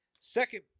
second